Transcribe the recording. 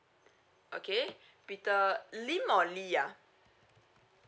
okay peter lim or lee ah